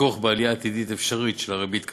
הכרוך בעלייה עתידית אפשרית של הריבית,